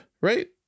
Right